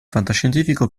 fantascientifico